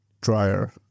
dryer